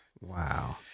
Wow